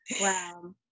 Wow